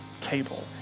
table